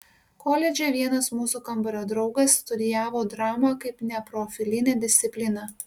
koledže vienas mūsų kambario draugas studijavo dramą kaip neprofilinę discipliną